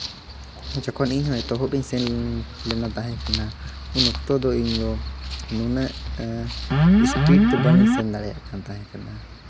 ᱡᱚᱠᱷᱚᱱ ᱤᱧ ᱦᱚᱸ ᱮᱛᱚᱦᱚᱵ ᱤᱧ ᱥᱮᱱ ᱞᱮᱱᱟ ᱛᱟᱦᱮᱸ ᱠᱟᱱᱟ ᱩᱱ ᱚᱠᱛᱚ ᱫᱚ ᱤᱧ ᱫᱚ ᱱᱩᱱᱟᱹᱜ ᱤᱥᱯᱤᱰ ᱫᱚ ᱵᱟᱝᱤᱧ ᱥᱮᱱ ᱫᱟᱲᱮᱭᱟᱜ ᱠᱟᱱ ᱛᱟᱦᱮᱸ ᱠᱟᱱᱟ